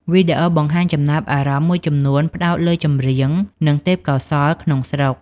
វីដេអូបង្ហាញចំណាប់អារម្មណ៍មួយចំនួនផ្ដោតលើចម្រៀង និងទេពកោសល្យក្នុងស្រុក។